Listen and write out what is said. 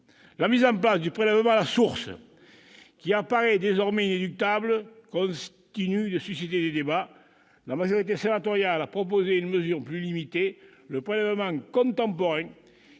La mise en place du prélèvement à la source, qui paraît désormais inéluctable, continue de susciter des débats. La majorité sénatoriale a proposé une mesure plus limitée : le prélèvement contemporain,